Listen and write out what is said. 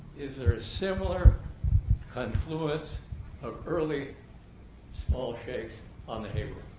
is there a similar confluence of early small shakes on the hayward?